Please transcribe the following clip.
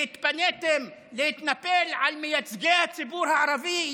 והתפניתם להתנפל על מייצגי הציבור הערבי?